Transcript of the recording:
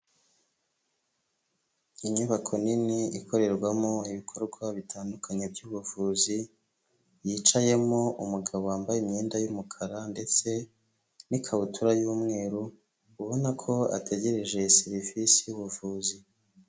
Inyubako nini ikorerwamo ibikorwa bitandukanye by'ubuvuzi, yicayemo umugabo wambaye imyenda y'umukara ndetse n'ikabutura y'umweru, ubona ko ategereje serivise y'ubuvuzi.